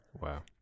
Wow